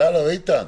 איתן,